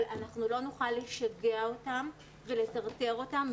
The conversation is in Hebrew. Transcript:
אבל אנחנו לא נוכל לשגע אותם ולטרטר אותם,